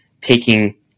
taking